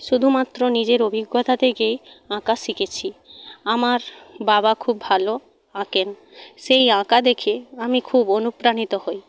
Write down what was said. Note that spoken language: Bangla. শুধুমাত্র নিজের অভিজ্ঞতা থেকে আঁকা শিখেছি আমার বাবা খুব ভালো আঁকেন সেই আঁকা দেখে আমি খুব অনুপ্রাণিত হই